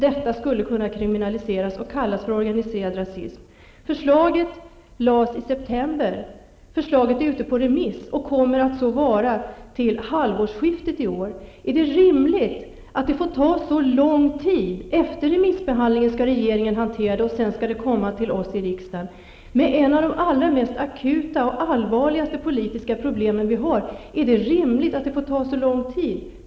Förslaget lades fram i september. Förslaget är ute på remiss och kommer att så vara till halvårsskiftet i år. Är det rimligt att det får ta så lång tid? Efter remissbehandlingen skall regeringen hantera frågan, och sedan skall det komma till oss i riksdagen. Det är ett av de allra mest akuta och allvarliga politiska problem som vi har som det handlar om. Är det då rimligt att det får ta så lång tid?